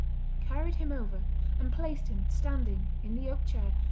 carried him over and placed him standing in the oak chair,